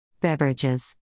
Beverages